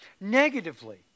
Negatively